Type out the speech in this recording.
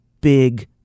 big